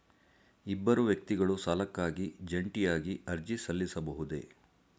ಇಬ್ಬರು ವ್ಯಕ್ತಿಗಳು ಸಾಲಕ್ಕಾಗಿ ಜಂಟಿಯಾಗಿ ಅರ್ಜಿ ಸಲ್ಲಿಸಬಹುದೇ?